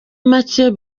make